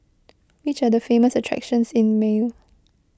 which are the famous attractions in Male